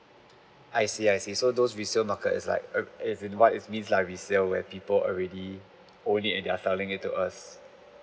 I see I see so those resale market is like what it means like resell where people already owned it and they are selling it to us